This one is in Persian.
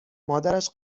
مادرش